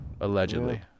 Allegedly